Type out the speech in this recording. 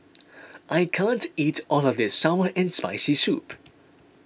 I can't eat all of this Sour and Spicy Soup